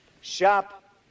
Shop